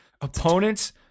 Opponents